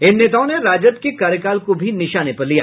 इन नेताओं ने राजद के कार्यकाल को भी निशाने पर लिया